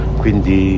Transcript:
quindi